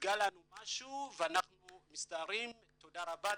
"התגלה לנו משהו ואנחנו מצטערים תודה רבה,